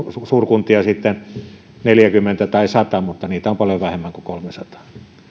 suurkuntia sitten neljäkymmentä tai sata niitä on paljon vähemmän kuin kolmesataa